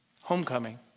homecoming